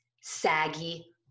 saggy